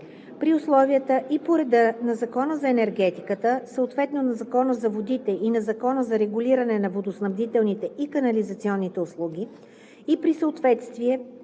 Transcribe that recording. При условията и по реда на Закона за енергетиката, съответно на Закона за водите и на Закона за регулиране на водоснабдителните и канализационните услуги, и при отсъствие